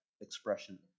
expression